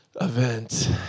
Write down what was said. event